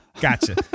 gotcha